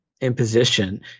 imposition